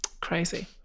crazy